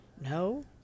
No